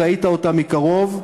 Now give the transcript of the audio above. ראית אותם מקרוב,